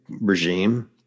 regime